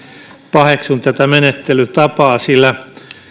paheksun tätä menettelytapaa sillä